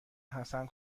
حسن